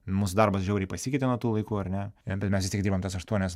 mūsų darbas žiauriai pasikeitė nuo tų laikų ar ne bet mes vis tiek dirbam tas aštuonias